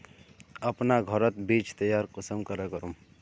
अपना घोरोत बीज तैयार कुंसम करे करूम?